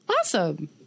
Awesome